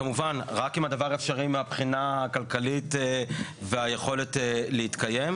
כמובן רק אם הדבר אפשרי מבחינה כלכלית והיכולת להתקיים.